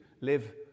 live